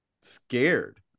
scared